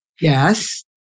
Yes